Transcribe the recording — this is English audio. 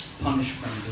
punishment